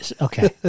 okay